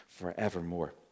forevermore